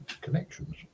connections